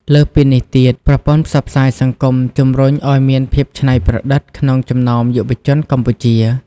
លើសពីនេះទៀត ប្រព័ន្ធផ្សព្វផ្សាយសង្គមជំរុញឲ្យមានភាពច្នៃប្រឌិតក្នុងចំណោមយុវជនកម្ពុជា។